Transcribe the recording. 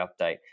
update